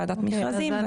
ועדת מכרזים.